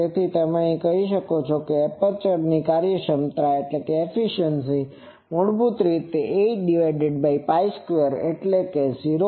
તેથી અહીં તમે કહી શકો છો કે એપર્ચર કાર્યક્ષમતા મૂળભૂત રીતે આ 8Π² એટલે કે તે 0